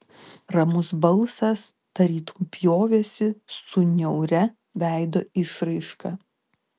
ramus balsas tarytum pjovėsi su niauria veido išraiška